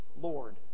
Lord